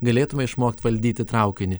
galėtume išmokt valdyti traukinį